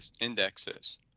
indexes